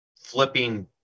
flipping